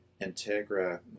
Integra